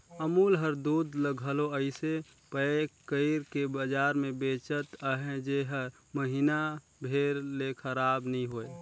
अमूल हर दूद ल घलो अइसे पएक कइर के बजार में बेंचत अहे जेहर महिना भेर ले खराब नी होए